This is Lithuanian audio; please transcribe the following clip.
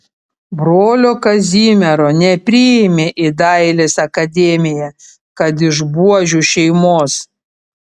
brolio kazimiero nepriėmė į dailės akademiją kad iš buožių šeimos